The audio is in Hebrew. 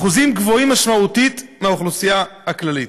אחוזים גבוהים משמעותית מבאוכלוסייה הכללית.